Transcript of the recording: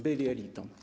Byli elitą.